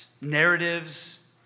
narratives